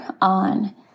on